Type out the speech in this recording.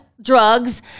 Drugs